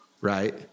right